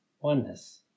oneness